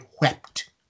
wept